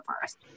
first